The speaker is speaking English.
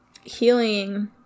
healing